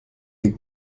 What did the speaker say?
les